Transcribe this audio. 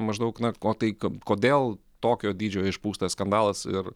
maždaug na o tai kodėl tokio dydžio išpūstas skandalas ir